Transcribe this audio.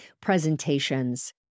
presentations